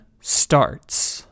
starts